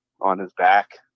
on-his-back